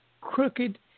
crooked